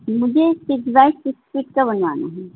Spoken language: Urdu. مجھے سکس بائی سکس فٹ کا بنوانا ہے